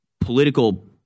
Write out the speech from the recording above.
political